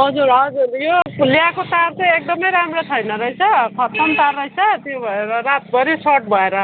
हजुर हजुर यो ल्याएको तार चाहिँ एकदमै राम्रो छैन रहेछ खत्तम तार रहेछ त्यो भएर रातभरि सट भएर